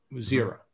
zero